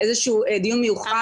דיון מיוחד.